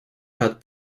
had